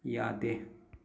ꯌꯥꯗꯦ